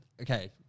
okay